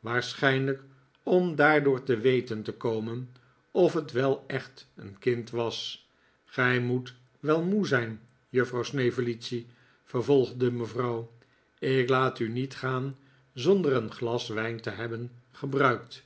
waarschijnlijk om daardoor te weten te komen of het wel echt een kind was gij moet wel moe zijn juffrouw snevellicci vervolgde mevrouw ik laat u niet gaan zonder een glas wijn te hebben gebruikt